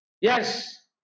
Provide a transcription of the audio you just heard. yes